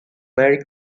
marry